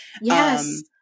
Yes